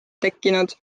tekkinud